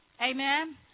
Amen